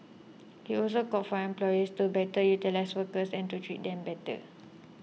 he also called for employers to better utilise workers and to treat them better